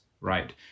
right